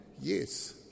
yes